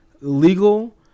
legal